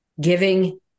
giving